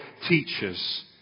teaches